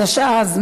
התשע"ז 2017,